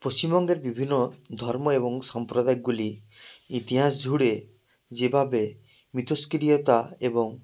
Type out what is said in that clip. পশ্চিমবঙ্গের বিভিন্ন ধর্ম এবং সম্প্রদায়গুলি ইতিহাস জুড়ে যেভাবে মিথস্ক্রিয়তা এবং